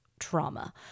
trauma